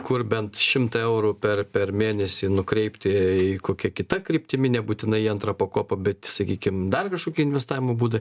kur bent šimtą eurų per per mėnesį nukreipti į kokia kita kryptimi nebūtinai antrą pakopą bet sakykim dar kažkokie investavimo būdai